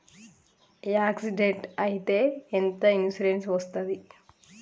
Accident అయితే ఎంత insurance వస్తది?